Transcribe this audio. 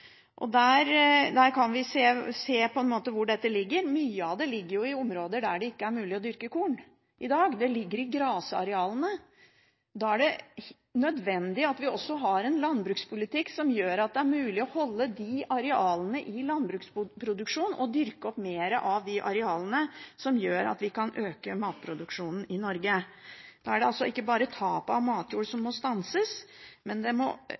Der kan vi se hvor dette ligger. Mye av det ligger i områder der det ikke er mulig å dyrke korn i dag. Det ligger i grasarealene. Da er det nødvendig at vi også har en landbrukspolitikk som gjør at det er mulig å holde de arealene i landbruksproduksjon og dyrke opp mer av de arealene som gjør at vi kan øke matproduksjonen i Norge. Da er det ikke bare tapet av matjord som må stanses, og ikke bare de mest kostnadseffektive brukene som må